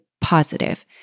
positive